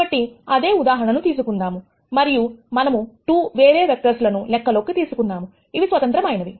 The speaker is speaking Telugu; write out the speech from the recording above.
కాబట్టి అదే ఉదాహరణను తీసుకుందాం మరియు మనము 2 వేరే వెక్టర్స్ లను లెక్కలోకి తీసుకుందాం ఇవి స్వతంత్రం అయినవి